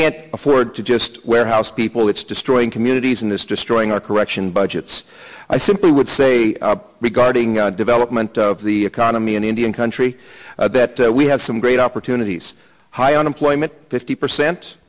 can't afford to just warehouse people it's destroying communities in this destroying our correction budgets i simply would say regarding development of the economy in indian country that we have some great opportunities high unemployment fifty percent